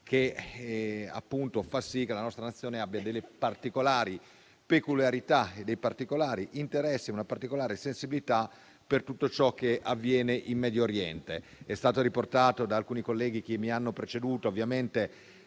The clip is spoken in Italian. che appunto fa sì che la nostra Nazione abbia delle peculiarità, dei particolari interessi e una particolare sensibilità per tutto ciò che avviene in Medio Oriente. È stata riportata da alcuni colleghi che mi hanno preceduto la